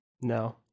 No